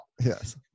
yes